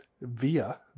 via